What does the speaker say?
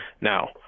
Now